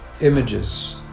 images